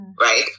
right